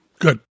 good